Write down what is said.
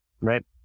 right